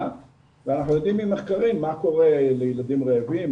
ואנחנו יודעים ממחקרים מה קורה לילדים רעבים,